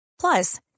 Plus